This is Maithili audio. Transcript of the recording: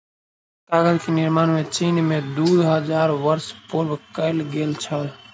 कागज के निर्माण चीन में दू हजार वर्ष पूर्व कएल गेल छल